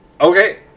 Okay